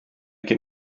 gen